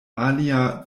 alia